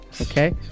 Okay